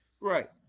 Right